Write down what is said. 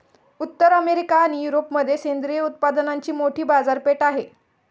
उत्तर अमेरिका आणि युरोपमध्ये सेंद्रिय उत्पादनांची मोठी बाजारपेठ आहे